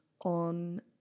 on